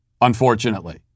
unfortunately